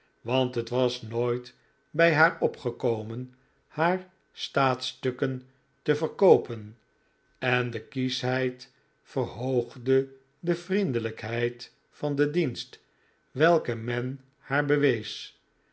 want het was nooit bij haar opgekomen haar staatsstukken te verkoopen en de kieschheid verhoogde de vriendelijkheid van den dienst welken men haar bewees